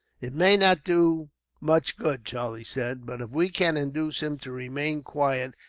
it may not do much good, charlie said, but if we can induce him to remain quiet,